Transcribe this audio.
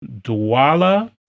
Dwala